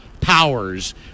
powers